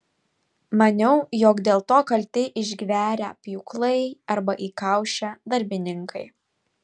maniau jog dėl to kalti išgverę pjūklai arba įkaušę darbininkai